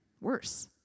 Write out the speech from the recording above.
worse